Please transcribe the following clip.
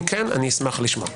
אם כן אשמח לשמוע.